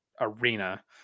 arena